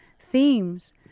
themes